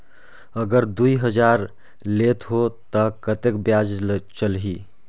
अगर दुई हजार लेत हो ता कतेक ब्याज चलही?